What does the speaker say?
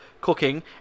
cooking